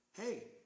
hey